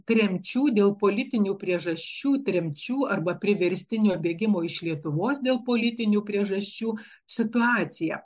tremčių dėl politinių priežasčių tremčių arba priverstinio bėgimo iš lietuvos dėl politinių priežasčių situacija